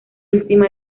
última